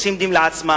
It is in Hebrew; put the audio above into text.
עושים דין לעצמם,